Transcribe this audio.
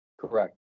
correct